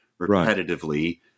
repetitively